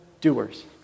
doers